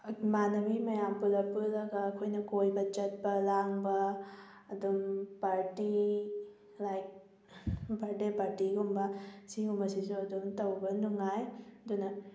ꯏꯃꯥꯅꯕꯤ ꯃꯌꯥꯝ ꯄꯨꯂꯞ ꯄꯨꯜꯂꯒ ꯑꯩꯈꯣꯏꯅ ꯀꯣꯏꯕ ꯆꯠꯄ ꯂꯥꯡꯕ ꯑꯗꯨꯝ ꯄꯥꯔꯇꯤ ꯂꯥꯏꯛ ꯕꯥꯔꯗꯦ ꯄꯥꯔꯇꯤꯒꯨꯝꯕ ꯑꯁꯤꯒꯨꯝꯕꯁꯤꯁꯨ ꯑꯗꯨꯝ ꯇꯧꯕ ꯅꯨꯡꯉꯥꯏ ꯑꯗꯨꯅ